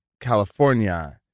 California